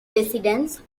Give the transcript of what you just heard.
residence